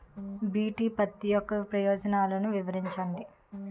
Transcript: BT పత్తి యొక్క ప్రయోజనాలను వివరించండి?